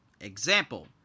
Example